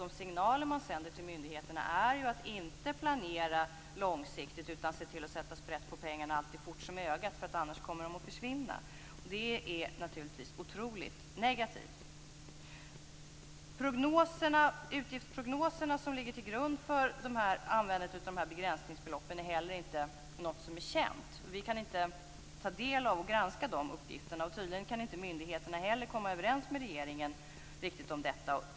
De signaler man sänder till myndigheterna är att inte planera långsiktigt utan se till att sätta sprätt på pengarna fort som ögat, för annars kommer de att försvinna. Det är naturligtvis otroligt negativt. Utgiftsprognoserna som ligger till grund för användandet av begränsningsbeloppen är inte heller något som är känt. Vi kan inte ta del av och granska de uppgifterna. Tydligen kan myndigheterna inte heller komma överens med regeringen riktigt om detta.